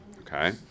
Okay